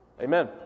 Amen